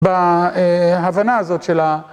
בהבנה הזאת של ה...